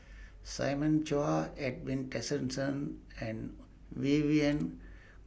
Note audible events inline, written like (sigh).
Simon Chua Edwin Tessensohn and (noise) Vivien